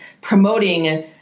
promoting